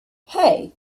hey